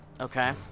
Okay